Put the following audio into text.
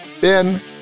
Ben